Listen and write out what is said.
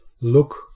look